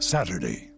Saturday